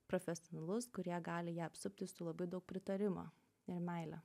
profesionalus kurie gali ją apsupti su labai daug pritarimo ir meile